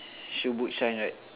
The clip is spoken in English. shoe boot shine right